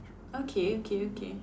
okay okay okay